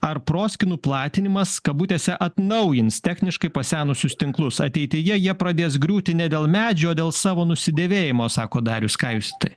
ar proskynų platinimas kabutėse atnaujins techniškai pasenusius tinklus ateityje jie pradės griūti ne dėl medžių o dėl savo nusidėvėjimo sako darius ką jūs į tai